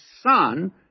son